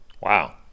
wow